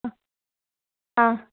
ಹಾಂ ಹಾಂ